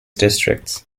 districts